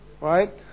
Right